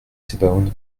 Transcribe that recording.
sebaoun